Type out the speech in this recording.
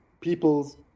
peoples